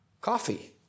coffee